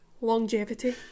Longevity